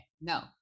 No